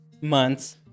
months